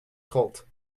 colt